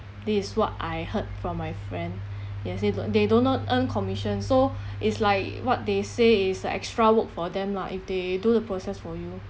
this is what I heard from my friend ya say don't they do not earn commission so is like what they say is the extra work for them lah if they do the process for you